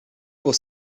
pour